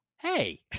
hey